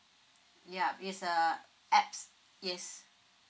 ya it's a apps yes